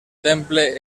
temple